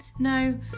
No